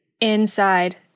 inside